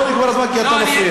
לא נגמר הזמן כי אתה מפריע.